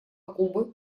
кубы